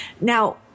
Now